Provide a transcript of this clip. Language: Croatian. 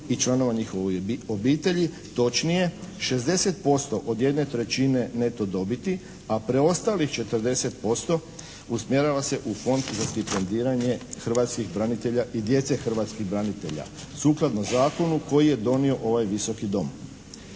i članova njihovih obitelji, točnije 60% od 1/3 neto dobiti, a preostalih 40% usmjerava se u Fond za stipendiranje hrvatskih branitelja i djece hrvatskih branitelja, sukladno zakonu koji je donio ovaj Visoki dom.